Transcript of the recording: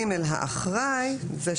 (ג) האחראי לא